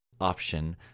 option